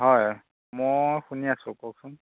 হয় মই শুনি আছোঁ কওকচোন